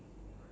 mmhmm